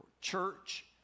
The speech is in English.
church